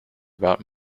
about